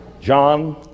John